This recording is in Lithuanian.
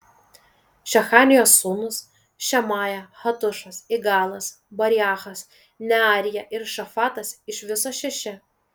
šechanijos sūnūs šemaja hatušas igalas bariachas nearija ir šafatas iš viso šeši